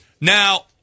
Now